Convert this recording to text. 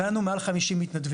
והיו לנו מעל 50 מתנדבים.